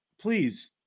please